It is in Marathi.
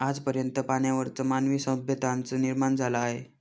आज पर्यंत पाण्यावरच मानवी सभ्यतांचा निर्माण झाला आहे